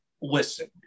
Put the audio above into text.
listen